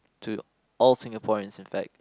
to all Singaporeans in fact